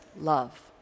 love